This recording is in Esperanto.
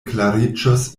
klariĝos